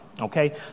okay